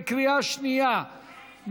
בקריאה שנייה,